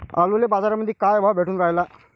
आलूले बाजारामंदी काय भाव भेटून रायला?